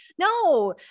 no